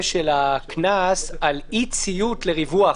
הקנס על אי ציות לריווח,